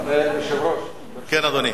אדוני היושב-ראש, אני רוצה,